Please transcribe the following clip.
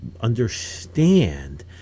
understand